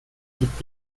gibt